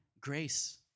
grace